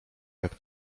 jak